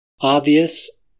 obvious